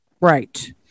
Right